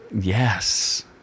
Yes